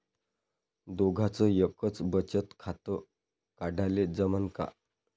दोघाच एकच बचत खातं काढाले जमनं का?